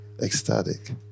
Ecstatic